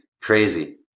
Crazy